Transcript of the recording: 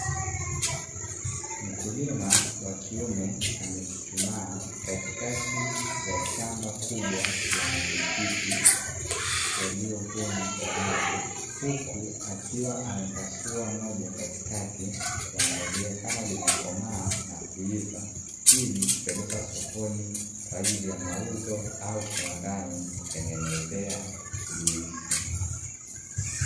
Mkulima wa kiume amechuchumaa katikati ya shamba kubwa la matikiti yaliyovunwa tayari, huku akiwa amepasua moja katikati kuangalia kama limekomaa na kuiva, ili kupelekwa sokoni kwa ajili ya mauzo au kiwandani kutengenezea juisi.